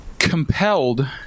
compelled